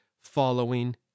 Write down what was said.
following